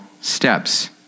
steps